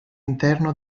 interno